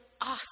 awesome